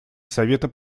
совета